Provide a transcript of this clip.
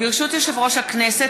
ברשות יושב-ראש הכנסת,